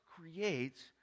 creates